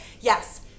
yes